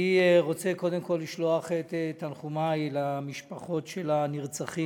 אני רוצה קודם כול לשלוח את תנחומי למשפחות הנרצחים,